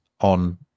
on